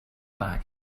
bag